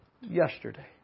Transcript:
yesterday